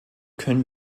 können